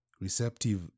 receptive